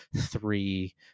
three